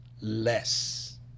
less